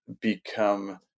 become